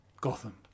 Gotham